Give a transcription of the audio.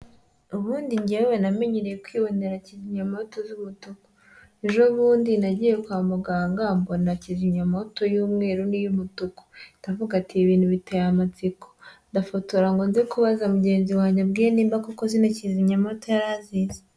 Ubundi njyewe namenyereye kwibonera kimyamwoto z'umutuku, ejobundi nagiye kwa muganga mbona kijimyamwoto y'umweru n'iy'umutuku, ndavuga ati ibintu biteye amatsiko, ndafotora ngo nze kubaza mugenzi wanjye abwire nimba koko zino kizimyamwoto yari azizi.